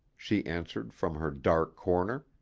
she answered from her dark corner.